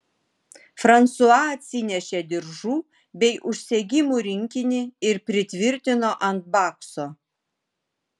fransua atsinešė diržų bei užsegimų rinkinį ir pritvirtino ant bakso